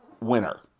winner